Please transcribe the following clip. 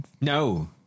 No